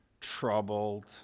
troubled